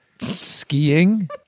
skiing